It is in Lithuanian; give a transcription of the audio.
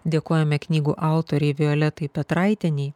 dėkojame knygų autorei violetai petraitienei